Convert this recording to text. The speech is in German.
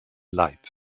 leib